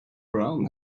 brown